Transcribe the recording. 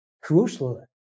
crucial